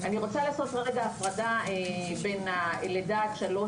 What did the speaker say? אני רוצה לעשות כרגע הפרדה בין הלידה עד שלוש,